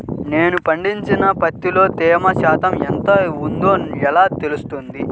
నేను పండించిన పత్తిలో తేమ శాతం ఎంత ఉందో ఎలా తెలుస్తుంది?